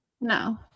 No